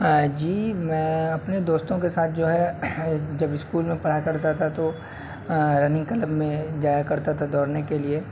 جی میں اپنے دوستوں کے ساتھ جو ہے جب اسکول میں پڑھا کرتا تھا تو رننگ کلب میں جایا کرتا تھا دوڑنے کے لیے